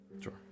Sure